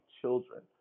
children